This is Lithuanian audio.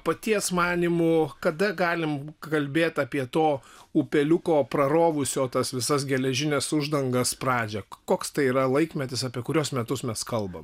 paties manymu kada galim kalbėt apie to upeliuko prarovusio tas visas geležines uždangas pradžią koks tai yra laikmetis apie kuriuos metus mes kalbam